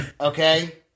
okay